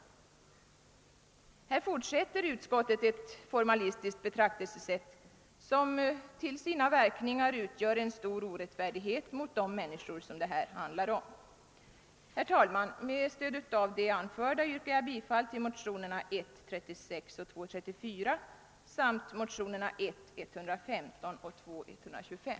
På denna punkt fortsätter utskottet att anlägga ett formaliskt betraktelsesätt som till sina verkningar är orättfärdigt mot de människor det här gäller. Herr talman! Med stöd av det anförda yrkar jag bifall till motionerna I:115 och II: 125.